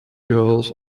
girls